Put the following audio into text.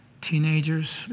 teenagers